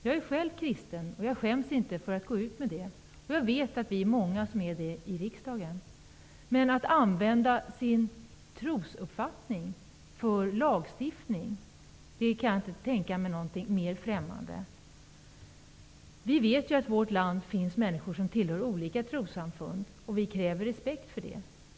Jag är själv kristen, och jag skäms inte för att gå ut med det -- jag vet att vi är många som är kristna i riksdagen. Men jag kan inte tänka mig något mera främmande än att använda sin trosuppfattning i samband med lagstiftning. Vi vet att människor i vårt land tillhör olika trossamfund, och vi kräver respekt för det.